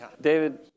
David